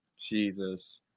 Jesus